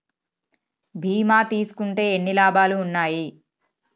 బీమా తీసుకుంటే ఎన్ని లాభాలు ఉన్నాయి?